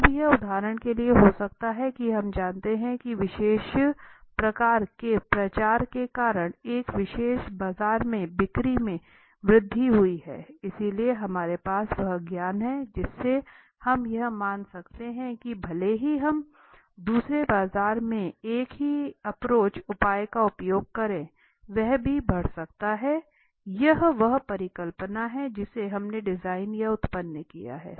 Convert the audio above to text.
अब यह उदाहरण के लिए हो सकता है कि हम जानते हैं कि विशेष प्रकार के प्रचार के कारण एक विशेष बाजार में बिक्री में वृद्धि हुई है इसलिए हमारे पास वह ज्ञान है जिससे हम यह मान सकते हैं कि भले ही हम दूसरे बाजार में एक ही प्रचार उपाय का उपयोग करें वह भी बढ़ सकता है यह वह परिकल्पना है जिसे हमने डिजाइन या उत्पन्न किया है